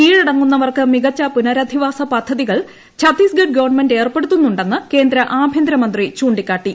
കീഴടങ്ങുന്നവർക്ക് മികച്ച പുനരധിവാസ പദ്ധതികൾ ഛത്തീസ്ഗഡ് ഗവണ്മെന്റ് ഏർപ്പെടുത്തുന്നുണ്ടെന്ന് കേന്ദ്ര ആഭ്യന്തരമന്ത്രി ചൂണ്ടിക്കാട്ടി